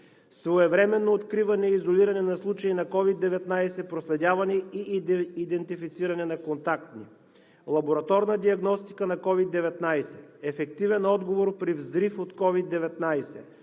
своевременно откриване и изолиране на случаи на COVID-19, проследяване и идентифициране на контактни; лабораторна диагностика на COVID-19; ефективен отговор при взрив от COVID-19;